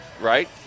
right